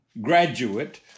graduate